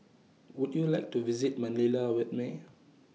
Would YOU like to visit Manila with Me